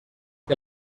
que